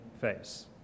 face